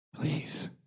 Please